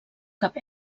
cap